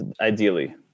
ideally